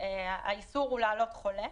האיסור הוא לעלות חולה.